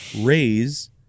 raise